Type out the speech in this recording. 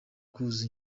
kuzuza